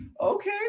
okay